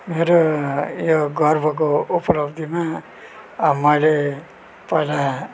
र यो गर्वको उपलब्धिमा मैले पहिला